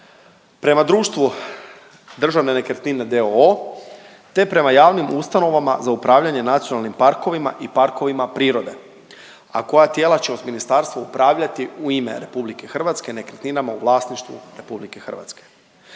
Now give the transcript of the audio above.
Prema društvu Državne nekretnine d.o.o. te prema javnim ustanovama za upravljanje nacionalnim parkovima i parkovima prirode, a koja tijela će uz ministarstvo upravljati u ime Republike Hrvatske nekretninama u vlasništvu Republike Hrvatske.